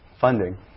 funding